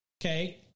Okay